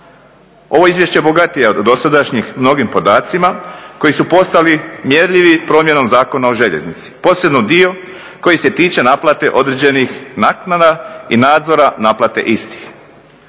Ovo izvješće bogatije je od dosadašnjih mnogim podacima koji su postali mjerljivi promjenom Zakona o željeznici, posebno dio koji se tiče naplate određenih naknada i nadzora i naplate istih.